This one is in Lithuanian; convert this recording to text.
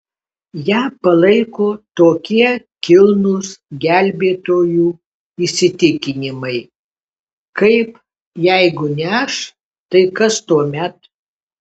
ją palaiko tokie kilnūs gelbėtojų įsitikinimai kaip jeigu ne aš tai kas tuomet